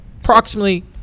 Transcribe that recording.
approximately